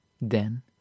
Then